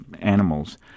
animals